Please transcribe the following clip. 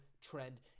trend